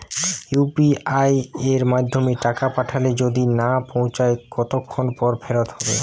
UPI য়ের মাধ্যমে টাকা পাঠালে যদি না পৌছায় কতক্ষন পর ফেরত হবে?